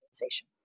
organization